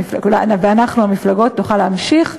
הכבלים ודומותיהן מתקשרות אלי בתדירות נמוכה יותר מבעבר,